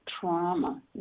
trauma